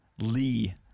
Lee